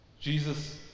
jesus